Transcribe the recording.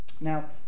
Now